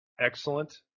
excellent